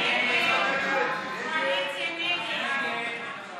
ההסתייגות (13) של חבר הכנסת מאיר כהן לפני סעיף